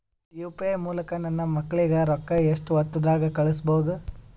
UPI ಮೂಲಕ ನನ್ನ ಮಕ್ಕಳಿಗ ರೊಕ್ಕ ಎಷ್ಟ ಹೊತ್ತದಾಗ ಕಳಸಬಹುದು?